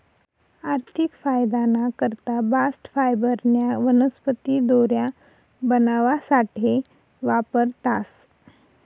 आर्थिक फायदाना करता बास्ट फायबरन्या वनस्पती दोऱ्या बनावासाठे वापरतास